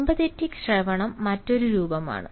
empathetic ശ്രവണം മറ്റൊരു രൂപമാണ്